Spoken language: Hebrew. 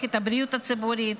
מערכת הבריאות הציבורית,